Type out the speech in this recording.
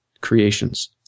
creations